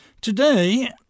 Today